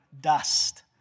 dust